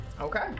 Okay